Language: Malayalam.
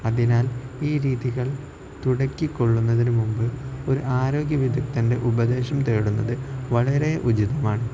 അതിനാൽ ഈ രീതികൾ തുടക്കംകുറിക്കുന്നതിന് മുമ്പ് ഒരു ആരോഗ്യവിദഗ്ധന്റെ ഉപദേശം തേടുന്നത് വളരെ ഉചിതമാണ്